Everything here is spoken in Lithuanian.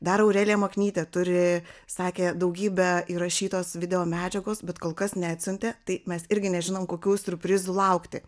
dar aurelija maknytė turi sakė daugybę įrašytos video medžiagos bet kol kas neatsiuntė tai mes irgi nežinom kokių siurprizų laukti